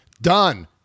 done